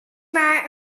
maar